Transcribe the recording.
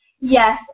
Yes